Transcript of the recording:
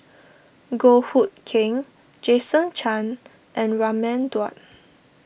Goh Hood Keng Jason Chan and Raman Daud